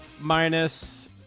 minus